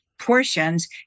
portions